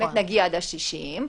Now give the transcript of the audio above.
נגיע ל-60,